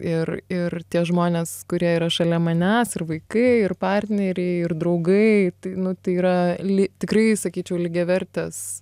ir ir tie žmonės kurie yra šalia manęs ir vaikai ir partneriai ir draugai tai nu tai yra li tikrai sakyčiau lygiavertės